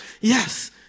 yes